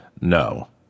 No